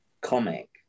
comic